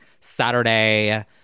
Saturday